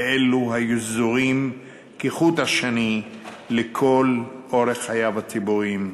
ואלה היו שזורים כחוט השני לכל אורך חייו הציבוריים.